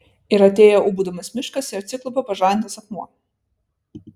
ir atėjo ūbaudamas miškas ir atsiklaupė pažadintas akmuo